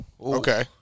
Okay